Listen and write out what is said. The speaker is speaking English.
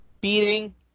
beating